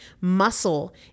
Muscle